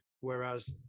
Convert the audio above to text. whereas